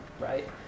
right